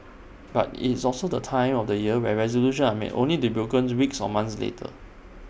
but IT is also the time of the year when resolutions are made only to broken weeks or months later